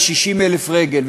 ל-60,000 רגל,